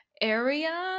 area